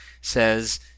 says